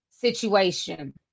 situation